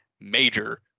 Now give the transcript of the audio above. major